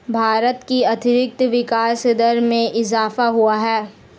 भारत की आर्थिक विकास दर में इजाफ़ा हुआ है